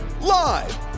Live